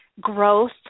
growth